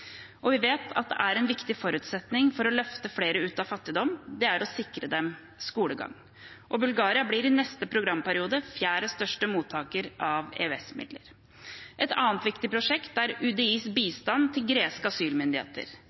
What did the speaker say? rom. Vi vet at en viktig forutsetning for å løfte flere ut av fattigdom er å sikre dem skolegang. Bulgaria blir i neste programperiode den fjerde største mottakeren av EØS-midler. Et annet viktig prosjekt er UDIs bistand til greske asylmyndigheter.